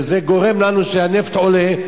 וזה גורם לנו לכך שהנפט עולה,